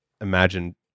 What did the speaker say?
imagine